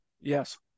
Yes